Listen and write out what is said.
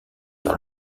par